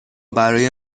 برای